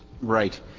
Right